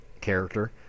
character